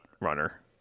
runner